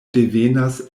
devenas